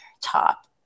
top